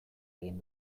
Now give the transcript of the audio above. egin